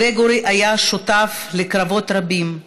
גריגורי היה שותף בקרבות רבים,